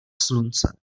slunce